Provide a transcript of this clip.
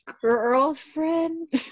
girlfriend